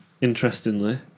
interestingly